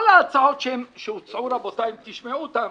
כל ההצעות שהוצעו, רבותיי, אם תשמעו אותם,